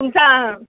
तुमचा